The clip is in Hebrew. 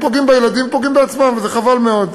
פוגעים בילדים, פוגעים בעצמם, וזה חבל מאוד.